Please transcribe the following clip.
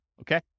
okay